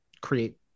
create